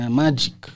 magic